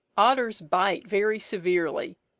otters bite very severely,